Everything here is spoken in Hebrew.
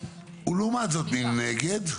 מי נגד?